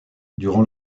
durant